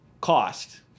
cost